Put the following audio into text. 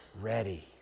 ready